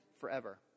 forever